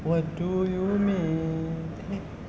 what do you mean